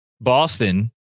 Boston